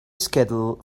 schedule